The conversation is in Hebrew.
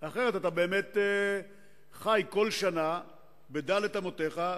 אחרת אתה באמת חי בכל שנה בד' אמותיך,